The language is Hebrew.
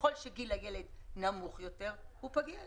ככל שגיל הילד נמוך יותר, הוא פגיע יותר.